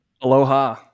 Aloha